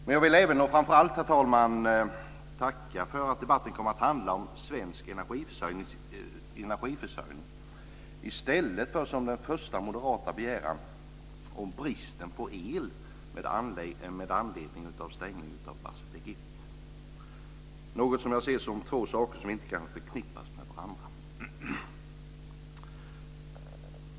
Men jag vill framför allt, herr talman, tacka för att debatten kommit att handla om svensk energiförsörjning i stället för, vilket var den första moderata begäran, bristen på el med anledning av stängningen av Barsebäck 1. Detta ser jag som två saker som inte kan förknippas med varandra.